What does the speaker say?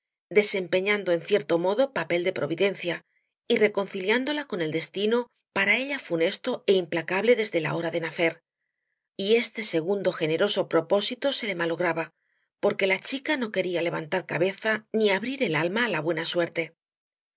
desempeñando en cierto modo papel de providencia y reconciliándola con el destino para ella funesto é implacable desde la hora de nacer y este segundo generoso propósito se le malograba porque la chica no quería levantar cabeza ni abrir el alma á la buena suerte